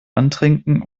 antrinken